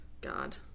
god